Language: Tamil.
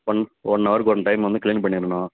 ஒன் ஒன் அவருக்கு ஒன் டைம் வந்து க்ளீன் பண்ணிடணும்